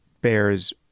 bears